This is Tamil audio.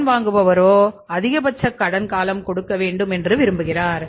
கடன் வாங்குபவர் அதிகபட்ச கடன் காலம் கொடுக்க வேண்டும் என்று விரும்புகிறார்